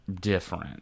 different